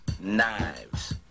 knives